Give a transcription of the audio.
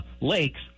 lakes